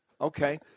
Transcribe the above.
Okay